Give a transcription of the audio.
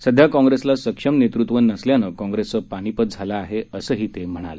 सध्या काँप्रेसला सक्षम नेतृत्व नसल्यामुळे काँप्रेसचं पानिपत झालं आहेअसंही ते म्हणाले